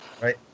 right